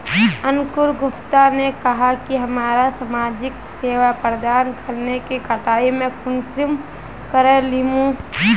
अंकूर गुप्ता ने कहाँ की हमरा समाजिक सेवा प्रदान करने के कटाई में कुंसम करे लेमु?